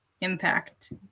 impact